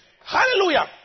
Hallelujah